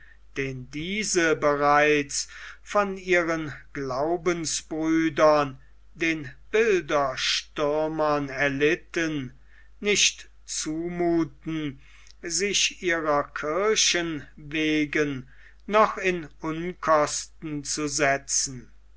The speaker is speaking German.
den diese bereits von ihren würdigen glaubensbrüdern den bilderstürmern erlitten nicht zumuthen sich ihrer kirchen wegen noch in unkosten zu setzen